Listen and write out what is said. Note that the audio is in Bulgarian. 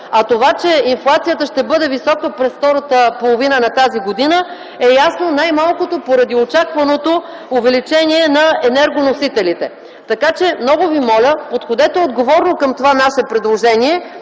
А това, че инфлацията ще бъде висока през втората половина на тази година е ясно, най-малкото поради очакваното увеличение на енергоносителите. Много ви моля, подходете отговорно към това наше предложение